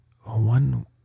one